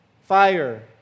fire